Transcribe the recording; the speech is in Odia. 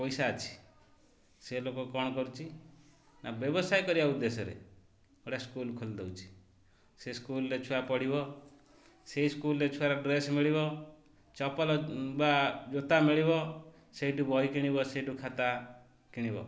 ପଇସା ଅଛି ସେ ଲୋକ କ'ଣ କରୁଛି ନା ବ୍ୟବସାୟ କରିବା ଉଦ୍ଦେଶ୍ୟରେ ଗୋଟେ ସ୍କୁଲ୍ ଖୋଲି ଦେଉଛି ସେ ସ୍କୁଲରେ ଛୁଆ ପଢ଼ିବ ସେଇ ସ୍କୁଲରେ ଛୁଆର ଡ୍ରେସ୍ ମିଳିବ ଚପଲ ବା ଜୋତା ମିଳିବ ସେଇଠୁ ବହି କିଣିବ ସେଇଠୁ ଖାତା କିଣିବ